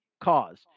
cause